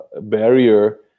barrier